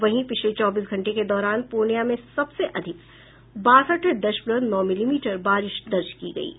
वहीं पिछले चौबीस घंटों के दौरान पूर्णियां में सबसे अधिक बासठ दशमलव नौ मिलीमीटर बारिश दर्ज की गयी है